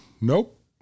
Nope